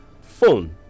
phone